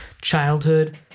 childhood